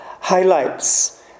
Highlights